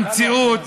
המציאות